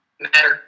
matter